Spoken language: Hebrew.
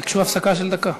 ביקשו הפסקה של דקה.